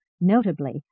notably